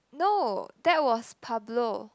no that was Pablo